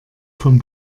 vom